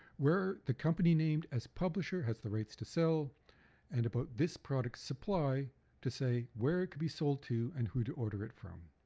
where the company named as publisher has the rights to sell and about this product supply to say where it could be sold to and who to order it from.